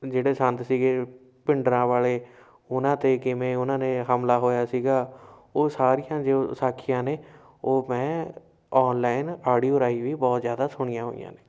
ਜਿਹੜੇ ਸੰਤ ਸੀਗੇ ਭਿੰਡਰਾਂਵਾਲੇ ਉਹਨਾਂ 'ਤੇ ਕਿਵੇਂ ਉਹਨਾਂ ਨੇ ਹਮਲਾ ਹੋਇਆ ਸੀਗਾ ਉਹ ਸਾਰੀਆਂ ਜੋ ਸਾਖੀਆਂ ਨੇ ਉਹ ਮੈਂ ਔਨਲਾਈਨ ਆਡੀਓ ਰਾਹੀ ਵੀ ਬਹੁਤ ਜ਼ਿਆਦਾ ਸੁਣੀਆਂ ਹੋਈਆਂ ਨੇ